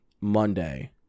Monday